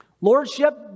Lordship